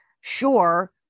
sure